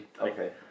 Okay